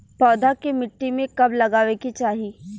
पौधा के मिट्टी में कब लगावे के चाहि?